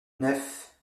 neuf